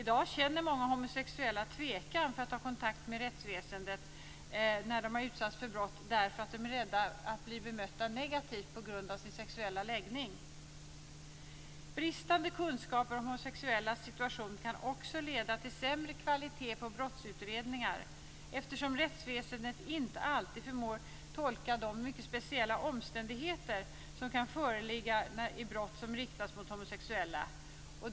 I dag känner många homosexuella när de har utsatts för brott tvekan inför att ta kontakt med rättsväsendet därför att de är rädda för att bli bemötta negativt på grund av sin sexuella läggning. Bristande kunskaper om homosexuellas situation kan också leda till sämre kvalitet på brottsutredningar eftersom rättsväsendet inte alltid förmår tolka de mycket speciella omständigheter som kan föreligga vid brott som riktas mot homosexuella.